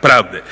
pravde.